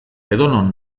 edonon